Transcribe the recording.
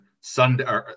Sunday